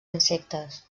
insectes